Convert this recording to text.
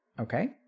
Okay